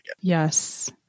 Yes